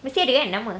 mesti ada kan nama